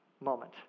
moment